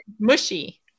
Mushy